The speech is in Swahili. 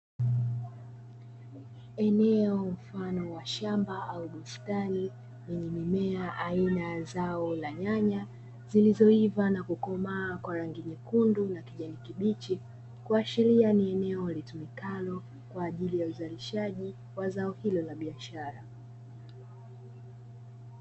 Eneo mfano wa shamba au bustani, yenye mimea aina ya zao la nyanya zilizoiva na kukomaa kwa rangi nyekundu na kijani kibichi kuashiria ni eneo litumikalo kwaajili ya uzalishaji wa zao hilo la biashara.